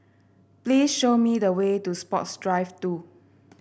please show me the way to Sports Drive Two